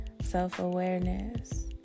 Self-awareness